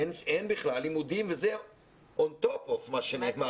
אין בכלל לימודים וזה און טופ של מה שנאמר קודם.